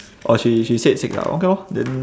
orh she she said six ah okay lor then